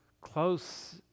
Close